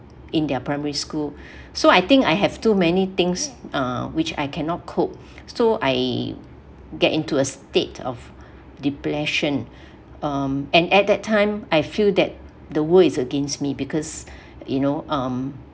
in their primary school so I think I have too many things uh which I cannot cope so I get into a state of depression um and at that time I feel that the world is against me because you know um